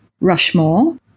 Rushmore